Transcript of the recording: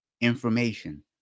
information